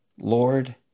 Lord